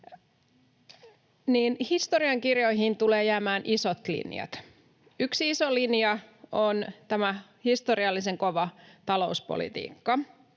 historiankirjoihin tulevat jäämään isot linjat. Yksi iso linja on tämä historiallisen kova talouspolitiikka.